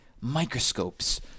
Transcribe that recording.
microscopes